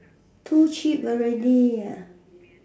too cheap already ah